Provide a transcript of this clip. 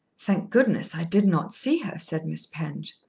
thank goodness i did not see her, said miss penge.